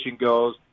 goes